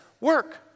work